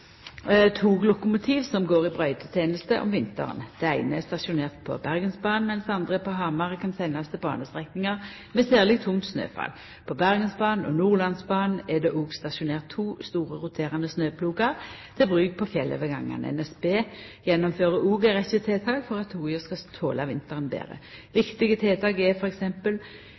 som går i brøyteteneste om vinteren. Det eine er stasjonert på Bergensbanen, mens det andre er på Hamar og kan sendast til banestrekningar med særleg tungt snøfall. På Bergensbanen og Nordlandsbanen er det òg stasjonert to store roterande snøplogar til bruk på fjellovergangane. NSB gjennomfører òg ei rekkje tiltak for at toga skal tola vinteren betre. Viktige tiltak er